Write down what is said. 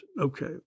Okay